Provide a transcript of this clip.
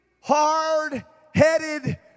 hard-headed